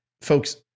Folks